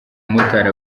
umumotari